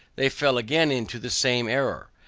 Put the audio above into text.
they fell again into the same error.